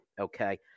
okay